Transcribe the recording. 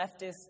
leftists